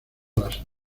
las